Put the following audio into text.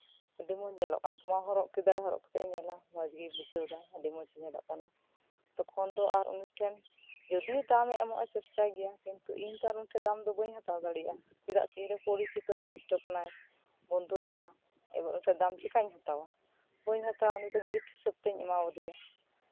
ᱟᱹᱰᱤ ᱢᱚᱸᱡᱽ ᱧᱮᱞᱚᱜ ᱠᱟᱱ ᱛᱟᱢᱟ ᱦᱚᱨᱚᱜ ᱠᱮᱫᱟᱭ ᱦᱚᱨᱚᱜ ᱠᱟᱛᱮᱜ ᱮ ᱧᱮᱞᱟ ᱢᱚᱸᱡᱽᱜᱮᱭ ᱵᱩᱡᱷᱟᱹᱣ ᱫᱟ ᱟᱹᱰᱤ ᱢᱚᱸᱡ ᱮ ᱧᱮᱞᱚᱜ ᱠᱟᱱᱟ ᱛᱚᱠᱷᱚᱱ ᱫᱚ ᱟᱨ ᱩᱱᱤ ᱴᱷᱮᱱ ᱡᱚᱫᱤ ᱫᱟᱢ ᱮ ᱮᱢᱚᱜᱼᱟ ᱪᱮᱥᱴᱟᱭ ᱜᱮᱭᱟᱢ ᱠᱤᱱᱛᱩ ᱤᱧ ᱫᱚ ᱩᱱᱤ ᱴᱷᱮᱱ ᱫᱟᱢ ᱫᱚ ᱵᱟᱹᱧ ᱦᱟᱛᱟᱣ ᱫᱟᱲᱮᱭᱟᱜᱼᱟ ᱪᱮᱫᱟᱜ ᱥᱮ ᱤᱧ ᱨᱮᱱ ᱯᱚᱨᱤᱪᱤᱛᱚ ᱜᱷᱚᱱᱤᱥᱴᱚ ᱠᱟᱱᱟᱭ ᱵᱚᱱᱫᱷᱩ ᱞᱮᱠᱟ ᱮᱵᱟᱨ ᱩᱱᱤ ᱴᱷᱮᱱ ᱫᱟᱢ ᱪᱮᱠᱟᱧ ᱦᱟᱛᱟᱣᱟ ᱵᱟᱹᱧ ᱦᱟᱛᱟᱣᱟ ᱩᱱᱤ ᱫᱚ ᱜᱤᱯᱷᱴ ᱦᱤᱥᱟᱹᱵ ᱛᱤᱧ ᱮᱢᱟ ᱟᱫᱮᱭᱟ